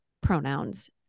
pronouns